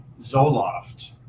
Zoloft